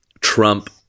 trump